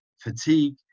fatigue